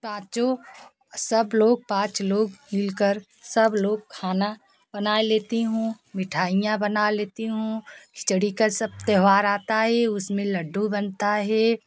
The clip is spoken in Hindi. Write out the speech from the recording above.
चाचू सब लोग पाँच लोग मिल कर सब लोग खाना बना लेती हूँ मिठाइयाँ बना लेती हूँ खिचड़ी का सब त्योहार आता है उसमें लड्डू बनता है